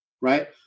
right